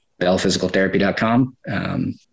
bellphysicaltherapy.com